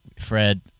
Fred